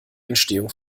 entstehung